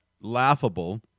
laughable